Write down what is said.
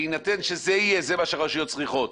בהינתן שזה יהיה, זה מה שהרשויות צריכות.